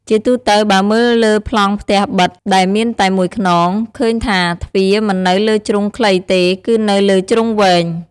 ជាទូទៅបើមើលលើប្លង់ផ្ទះប៉ិតដែលមានតែមួយខ្នង ឃើញថាទ្វារមិននៅលើជ្រុងខ្លីទេ គឺនៅលើជ្រុងវែង។